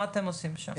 מה אתם עושים שם?